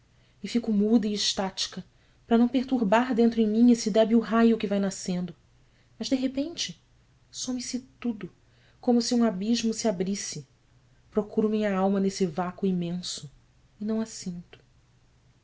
e fico muda e extática para não perturbar dentro em mim esse débil raio que vai nascendo mas de repente some-se tudo como se um abismo se abrisse procuro minha alma nesse vácuo imenso e não